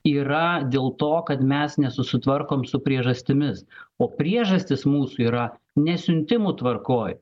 yra dėl to kad mes nesusitvarkom su priežastimis o priežastys mūsų yra ne siuntimų tvarkoj